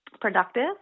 productive